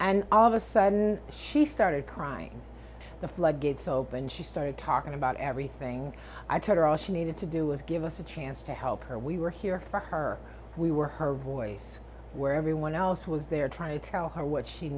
and all of a sudden she started crying the floodgates opened she started talking about everything i told her all she needed to do was give us a chance to help her we were here for her we were her voice where everyone else was there trying to tell her what she